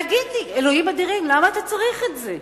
תגיד לי, אלוהים אדירים, למה אתה צריך את זה?